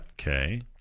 Okay